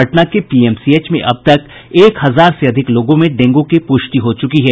पटना के पीएमसीएच में अब तक एक हजार से अधिक लोगों में डेंग् की पुष्टि हो चुकी है